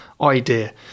idea